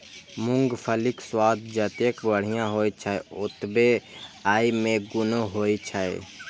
मूंगफलीक स्वाद जतेक बढ़िया होइ छै, ओतबे अय मे गुणो होइ छै